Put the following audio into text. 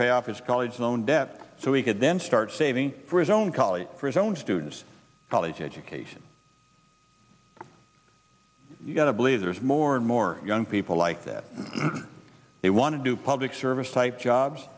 pay off his college loan debt so he could then start saving for his own colleagues for his own students college education you gotta believe there's more and more young people like that they want to do public service type jobs